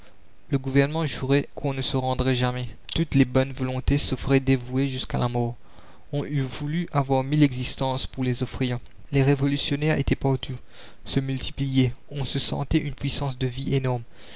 le gouvernement jurait qu'on ne se rendrait jamais la commune toutes les bonnes volontés s'offraient dévouées jusqu'à la mort on eût voulu avoir mille existences pour les offrir les révolutionnaires étaient partout se multipliaient on se sentait une puissance de vie énorme